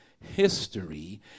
history